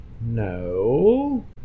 No